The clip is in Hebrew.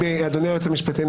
אדוני היועץ המשפטי,